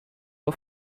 auf